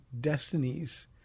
destinies